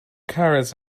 carrots